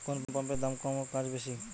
কোন পাম্পের দাম কম কাজ বেশি?